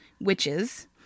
witches